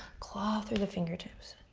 claw through the fingertips.